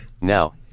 Now